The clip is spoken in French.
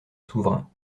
souverain